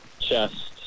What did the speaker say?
chest